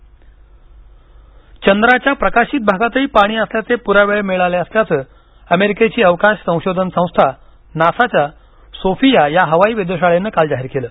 चंद्रावर पाणी चंद्राच्या प्रकाशित भागातही पाणी असल्याचे पुरावे मिळाले असल्याचं अमेरिकेची अवकाश संशोधन संस्था नासाच्या सोफिया या हवाई वेधशाळेनं काल जाहीर केलं